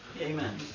amen